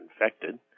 infected